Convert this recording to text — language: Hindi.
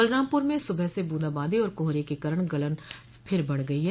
बलरामपुर में सुबह से बूंदा बांदी और कोहरे के कारण गलन फिर बढ़ गई है